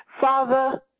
Father